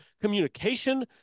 communication